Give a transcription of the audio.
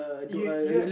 you you had